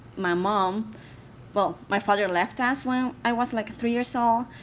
my mom well, my father left us when i was like three years old,